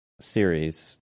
series